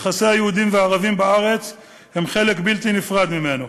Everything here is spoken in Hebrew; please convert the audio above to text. יחסי היהודים והערבים בארץ הם חלק בלתי נפרד ממנו.